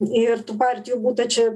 ir tų partijų būta čia